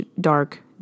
dark